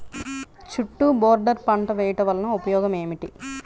చుట్టూ బోర్డర్ పంట వేయుట వలన ఉపయోగం ఏమిటి?